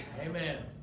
Amen